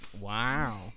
wow